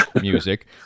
music